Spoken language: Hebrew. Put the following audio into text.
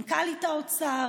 מנכ"לית האוצר,